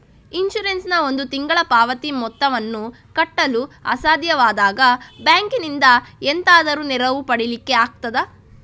Insurance ನ ಒಂದು ತಿಂಗಳ ಪಾವತಿ ಮೊತ್ತವನ್ನು ಕಟ್ಟಲು ಅಸಾಧ್ಯವಾದಾಗ ಬ್ಯಾಂಕಿನಿಂದ ಎಂತಾದರೂ ನೆರವು ಪಡಿಲಿಕ್ಕೆ ಆಗ್ತದಾ?